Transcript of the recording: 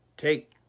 Take